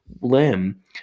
limb